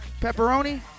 Pepperoni